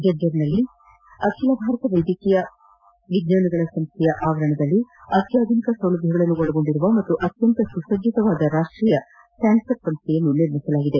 ಜಜ್ಜರ್ನಲ್ಲಿ ಅಖಿಲ ಭಾರತ ವೈದ್ಯಕೀಯ ವಿಜ್ಞಾನಗಳ ಸಂಸ್ಥೆ ಆವರಣದಲ್ಲಿ ಅತ್ಯಾಧುನಿಕ ಸೌಲಭ್ಯಗಳನ್ನು ಒಳಗೊಂಡಿರುವ ಹಾಗೂ ಅತ್ಯಂತ ಸುಸಜ್ಜಿತವಾದ ಈ ರಾಷ್ಷೀಯ ಕ್ಯಾನರ್ ಸಂಸ್ಥೆಯನ್ನು ನಿರ್ಮಿಸಲಾಗಿದೆ